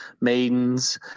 maidens